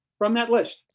from that list.